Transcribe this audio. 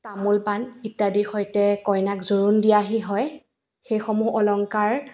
তামোল পাণ ইত্যাদিৰ সৈতে কইনাক জোৰোণ দিয়াহি হয় সেইসমূহ অলংকাৰ